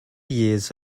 years